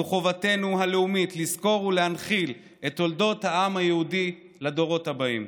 זו חובתנו הלאומית לזכור ולהנחיל את תולדות העם היהודי לדורות הבאים.